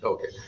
Okay